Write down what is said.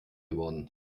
geworden